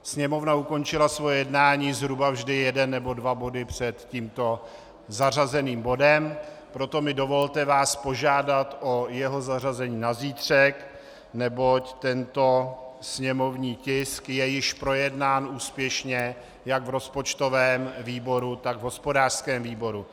Sněmovna ukončila svoje jednání zhruba vždy jeden nebo dva body před tímto zařazeným bodem, proto mi dovolte vás požádat o jeho zařazení na zítřek, neboť tento sněmovní tisk je již projednán úspěšně jak v rozpočtovém výboru, tak v hospodářském výboru.